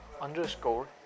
underscore